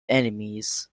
enemies